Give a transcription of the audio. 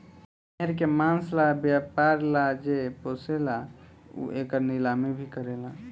भेड़ के मांस ला व्यापर ला जे पोसेला उ एकर नीलामी भी करेला